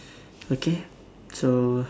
okay so